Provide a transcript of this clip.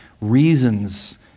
reasons